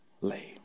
lay